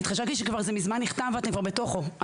חשבתי שזה כבר ממן נחתם ואתם כבר בתוכו.